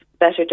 better